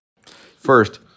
First